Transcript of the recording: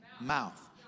mouth